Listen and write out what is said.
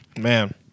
man